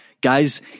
guys